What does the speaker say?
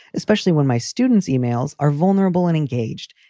especially when my students emails are vulnerable and engaged.